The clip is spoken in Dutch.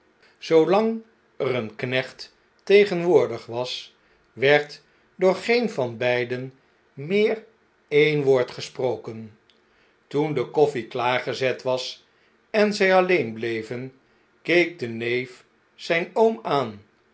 er een knecht tegenwoordig was werd door geen van beiden meer een woord gesproken toen de koffie klaargezet was en zjj alleen bleven keek de neef zijn oom aan